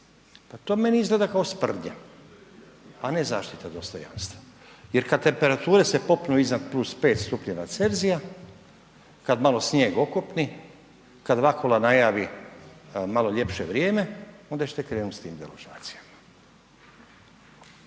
Pa to meni izgleda kao sprdnja, a ne zaštita dostojanstva, jer kad temperature se popnu iznad +5oC, kad malo snijeg okopni, kad Vakula najavi malo ljepše vrijeme onda ćete krenuti s tim deložacijama.